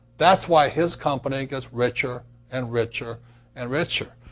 that's why his company gets richer and richer and richer.